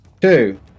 Two